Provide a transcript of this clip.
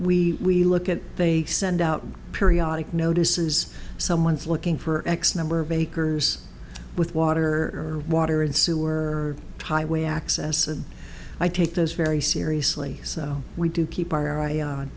we look at they send out periodic notices someone's looking for x number of acres with water or water and sewer highway access and i take this very seriously so we do keep our eye on